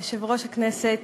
יושב-ראש הכנסת,